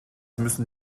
müssen